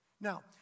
Now